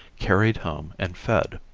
carried home and fed.